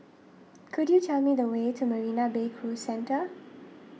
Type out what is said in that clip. could you tell me the way to Marina Bay Cruise Centre